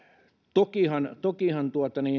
tokihan tokihan